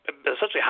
essentially